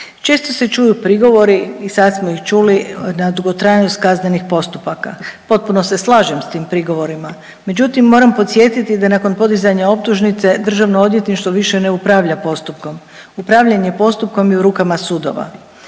Često se čuju prigovori i sad smo ih čuli na dugotrajnost kaznenih postupaka. Potpuno se slažem s tim prigovorima, međutim moram podsjetiti da nakon podizanja optužnice Državno odvjetništvo više ne upravlja postupkom. Upravljanje postupkom vam je u rukama sudova.